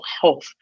health